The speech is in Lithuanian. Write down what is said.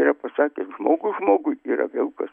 yra pasakęs žmogus žmogui yra vilkas